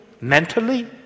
mentally